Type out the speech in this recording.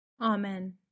Amen